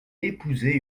épouser